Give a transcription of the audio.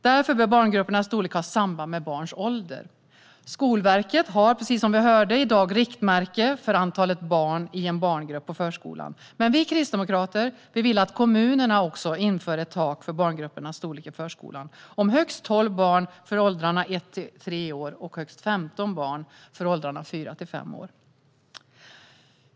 Därför bör barngruppernas storlek ha samband med barns ålder. Skolverket har, precis som vi nyss hörde, i dag riktmärke för antalet barn i en barngrupp på förskolan, men vi kristdemokrater vill att kommunerna inför ett tak för barngruppernas storlek i förskolan om högst tolv barn för åldrarna 1-3 år och högst 15 barn för åldrarna 4-5 år.